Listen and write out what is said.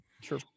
Sure